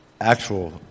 Actual